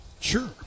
Sure